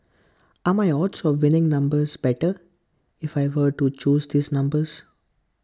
are my odds of winning numbers better if I were to choose these numbers